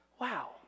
Wow